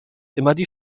immer